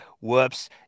whoops